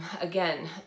again